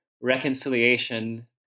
reconciliation